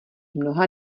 mnoha